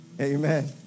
amen